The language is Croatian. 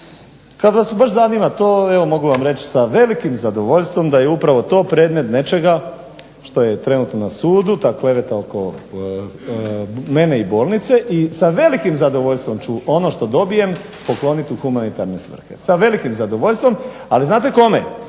Kad vas baš zanima to evo mogu vam reći sa velikim zadovoljstvom da je upravo to predmet nečega što je trenutno na sudu, ta kleveta oko mene i bolnice i sa velikim zadovoljstvom ću ono što dobijem poklonit u humanitarne svrhe. Sa velikim zadovoljstvom. Ali znate kome?